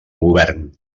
govern